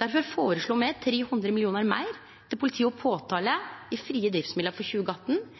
Difor føreslår me 300 mill. kr meir til politi og påtale i frie driftsmidlar for 2018.